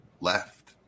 left